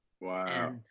Wow